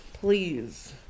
Please